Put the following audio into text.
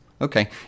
Okay